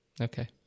Okay